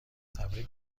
تبریک